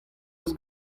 eus